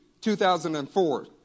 2004